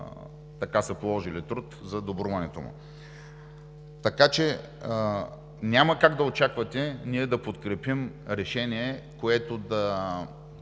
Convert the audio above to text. които са положили труд за добруването му. Няма как да очаквате ние да подкрепим решение, което да